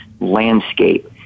landscape